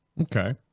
Okay